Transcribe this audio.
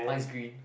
mine is green